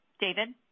David